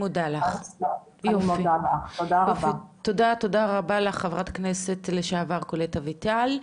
תודה רבה לך חברת הכנסת לשעבר קולט אביטל.